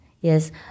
Yes